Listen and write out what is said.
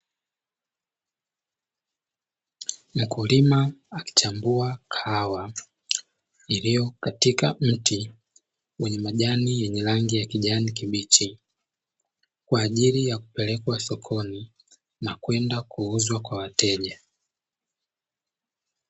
Mkulima akichambua kahawa iliyo katika mti wenye majani yenye rangi ya kijani kibichi, kwa ajili ya kupelekwa sokoni na kwenda kuuzwa kwa wateja.